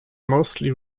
mostly